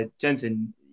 Jensen